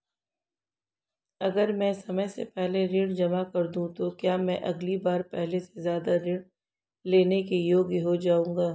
अगर मैं समय से पहले ऋण जमा कर दूं तो क्या मैं अगली बार पहले से ज़्यादा ऋण लेने के योग्य हो जाऊँगा?